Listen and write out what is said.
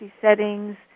settings